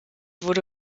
wurde